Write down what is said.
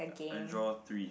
but I draw three